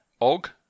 Og